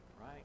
right